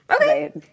Okay